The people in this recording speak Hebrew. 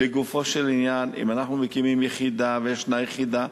אם אנחנו מקימים יחידה וישנה יחידה,